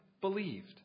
believed